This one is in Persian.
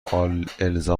الزام